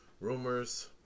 rumors